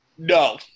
No